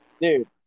Dude